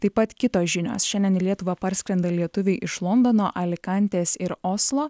taip pat kitos žinios šiandien į lietuvą parskrenda lietuviai iš londono alikantės ir oslo